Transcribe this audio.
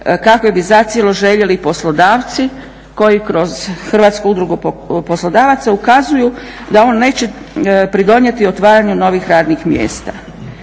kakve bi zacijelo željeli poslodavci koji kroz Hrvatsku udrugu poslodavaca ukazuju da on neće pridonijeti otvaranju novih radnih mjesta.